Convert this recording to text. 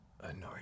Annoying